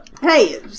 Hey